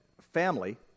family